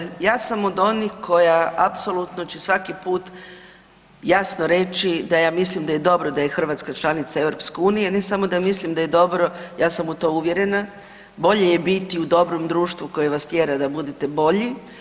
Dakle, ja sam od onih koja apsolutno će svaki put jasno reći da ja mislim da je dobro da je Hrvatska članica EU, ne samo da mislim da je dobro ja sam u to uvjerena, bolje je biti u dobrom društvu koje vas tjera da budete bolji.